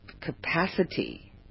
capacity